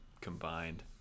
combined